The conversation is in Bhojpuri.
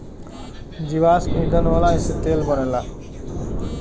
जीवाश्म ईधन होला एसे तेल बनला